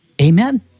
Amen